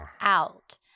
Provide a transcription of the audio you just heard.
out